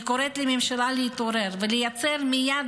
אני קוראת לממשלה להתעורר ולייצר מייד